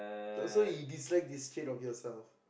oh so you dislike this trait of yourself